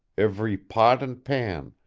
every pot and pan,